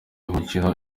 umukino